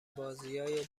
بازیای